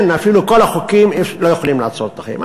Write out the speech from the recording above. אפילו כל החוקים לא יכולים לעצור את החיים.